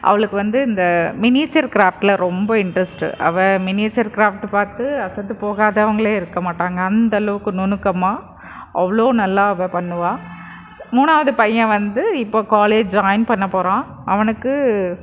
அவளுக்கு வந்து இந்த மினியேச்சர் க்ராஃப்ட்டில் ரொம்ப இன்ட்ரஸ்ட்டு அவள் மினியேச்சர் க்ராஃப்ட்டு பார்த்து அசந்து போகாதவங்களே இருக்கற மாட்டாங்க அந்தளவுக்கு நுணுக்கமாக அவ்வளோ நல்லா அவள் பண்ணுவா மூணாவது பையன் வந்து இப்போது காலேஜ் ஜாயின் பண்ண போகிறான் அவனுக்கு